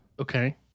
Okay